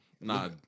Nah